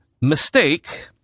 mistake